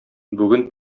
бүген